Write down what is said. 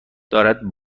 دارد